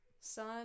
Sun